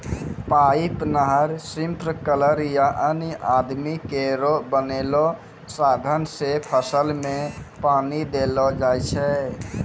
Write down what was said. pipe, नहर, sprinkler या अन्य आदमी केरो बनैलो साधन सें फसल में पानी देलो जाय छै